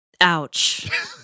Ouch